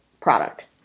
product